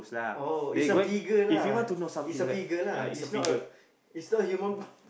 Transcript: oh is a figure lah is a figure lah is not a is not human